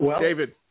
David